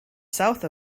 south